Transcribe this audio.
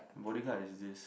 the bodyguard is this